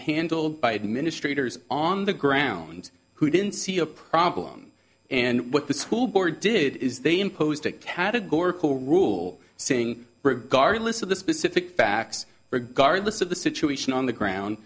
handled by administrators on the ground who didn't see a problem and what the school board did is they imposed a categorical rule saying regardless of the specific facts regardless of the situation on the ground